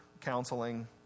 counseling